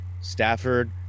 Stafford